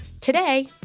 Today